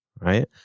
right